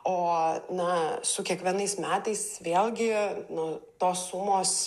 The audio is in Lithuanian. o na su kiekvienais metais vėlgi nu tos sumos